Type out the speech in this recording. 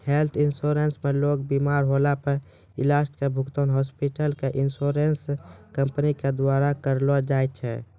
health insurance मे लोग बिमार होला पर इलाज के भुगतान हॉस्पिटल क इन्शुरन्स कम्पनी के द्वारा करलौ जाय छै